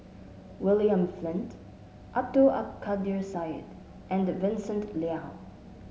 William Flint Abdul Kadir Syed and Vincent Leow